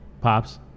Pops